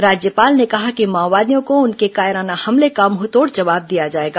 राज्यपाल ने कहा कि माओवादियों को उनके कायराना हमले का मुंहतोड जवाब दिया जाएगा